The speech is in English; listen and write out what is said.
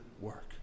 work